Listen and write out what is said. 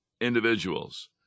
individuals